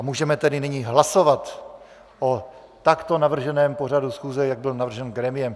Můžeme tedy nyní hlasovat o takto navrženém pořadu schůze tak, jak byl navržen grémiem.